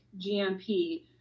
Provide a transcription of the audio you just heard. GMP